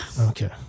Okay